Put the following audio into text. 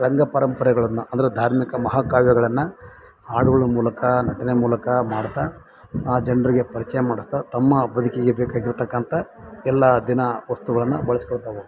ರಂಗ ಪರಂಪರೆಗಳನ್ನು ಅಂದರೆ ಧಾರ್ಮಿಕ ಮಹಾಕಾವ್ಯಗಳನ್ನು ಹಾಡುಗಳ ಮೂಲಕ ನಟನೆ ಮೂಲಕ ಮಾಡ್ತಾ ಆ ಜನರಿಗೆ ಪರಿಚಯ ಮಾಡಿಸ್ತಾ ತಮ್ಮ ಬದುಕಿಗೆ ಬೇಕಾಗಿರ್ತಕಂಥ ಎಲ್ಲ ದಿನ ವಸ್ತುಗಳನ್ನು ಬಳಸ್ಹೋಕೋಳ್ತಾ ಹೋಗಿ